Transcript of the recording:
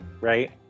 Right